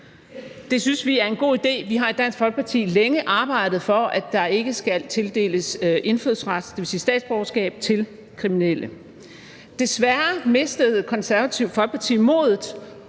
Det synes vi er en god idé. Vi har i Dansk Folkeparti længe arbejdet for, at der ikke skal tildeles indfødsret, dvs. statsborgerskab, til kriminelle. Desværre mistede Det Konservative Folkeparti modet